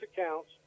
accounts